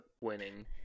winning